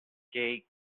gay